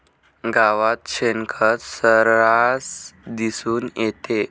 गावात शेणखत सर्रास दिसून येते